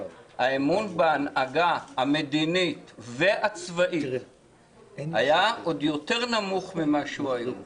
האמון בהנהגה המדינית והצבאית היה עוד יותר נמוך ממה שהוא היום.